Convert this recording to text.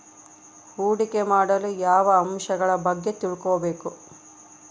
ಹೂಡಿಕೆ ಮಾಡಲು ಯಾವ ಅಂಶಗಳ ಬಗ್ಗೆ ತಿಳ್ಕೊಬೇಕು?